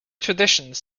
traditions